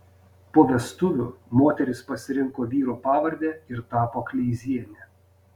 po vestuvių moteris pasirinko vyro pavardę ir tapo kleiziene